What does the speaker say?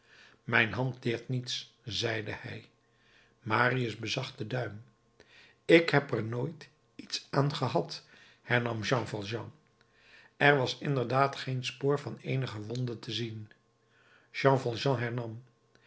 mijn hand deert niets zeide hij marius bezag den duim ik heb er nooit iets aan gehad hernam jean valjean er was inderdaad geen spoor van eenige wonde te zien jean valjean